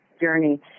journey